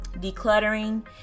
decluttering